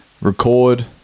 record